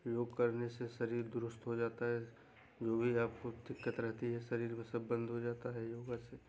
योग करने से शरीर दुरुस्त हो जाता है जो भी आप को दिक्कत रहती है शरीर में सब बन्द हो जाता है योग से